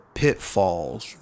pitfalls